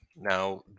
now